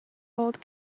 old